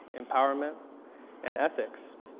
empowerment and ethics,